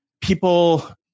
people